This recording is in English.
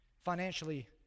financially